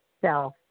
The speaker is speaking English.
self